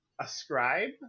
ascribe